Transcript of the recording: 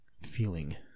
feeling